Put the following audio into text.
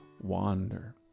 wander